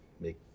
make